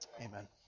Amen